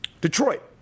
Detroit